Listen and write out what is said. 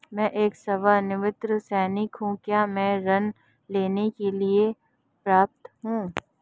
मैं एक सेवानिवृत्त सैनिक हूँ क्या मैं ऋण लेने के लिए पात्र हूँ?